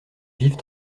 vives